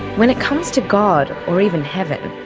when it comes to god or even heaven,